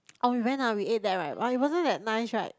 oh we went ah we ate that but it wasn't that nice right